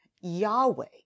Yahweh